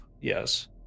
Yes